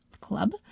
club